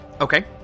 okay